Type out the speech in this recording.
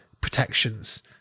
protections